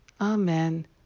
amen